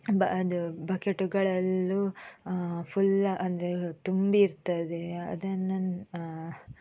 ಅದು ಬಕೆಟುಗಳಲ್ಲೂ ಫುಲ್ ಅಂದರೆ ತುಂಬಿರ್ತದೆ ಅದನ್ನು